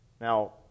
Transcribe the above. Now